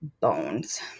bones